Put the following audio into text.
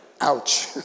Ouch